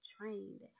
trained